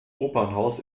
opernhaus